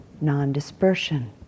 non-dispersion